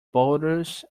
boulders